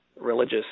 religious